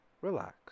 relax